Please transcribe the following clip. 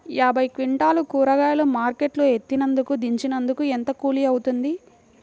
యాభై క్వింటాలు కూరగాయలు మార్కెట్ లో ఎత్తినందుకు, దించినందుకు ఏంత కూలి అవుతుంది?